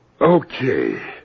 Okay